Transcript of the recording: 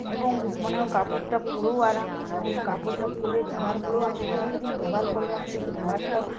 এবং মানেও কাপড়টা পরেও আরাম এবং কাপড়টা পরে ব্যবহার করেও আমি অনেক দিন ব্যবহার করলাম সেই ব্যবহারটাও